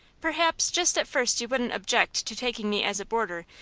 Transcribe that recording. perhaps just at first you wouldn't object to taking me as a boarder,